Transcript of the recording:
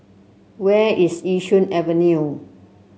where is Yishun Avenue